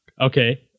Okay